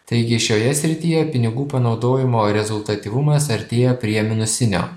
taigi šioje srityje pinigų panaudojimo rezultatyvumas artėja prie minusinio